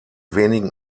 wenigen